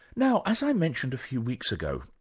now as i mentioned a few weeks ago,